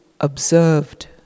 observed